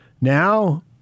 Now